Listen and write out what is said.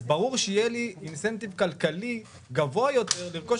ברור שיהיה לי אינסנטיב כלכלי גבוה יותר לרכוש